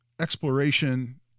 exploration